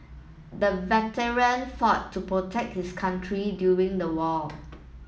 the veteran fought to protect his country during the war